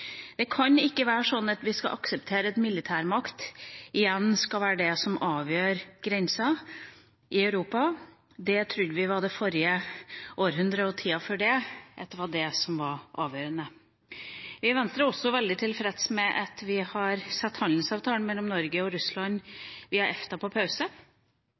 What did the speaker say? Det kan ikke være sånn at vi skal akseptere at militærmakt igjen skal være det som avgjør grenser i Europa – det trodde vi var avgjørende i det forrige århundre og tida før det. Vi i Venstre er også veldig tilfreds med at vi har satt handelsavtalen mellom Norge og Russland via EFTA på pause.